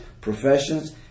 professions